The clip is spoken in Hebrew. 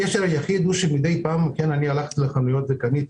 הקשר היחיד זה שמידי פעם הלכתי לחנויות וקניתי.